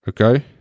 okay